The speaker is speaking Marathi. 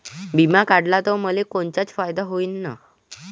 बिमा काढला त मले कोनचा फायदा होईन?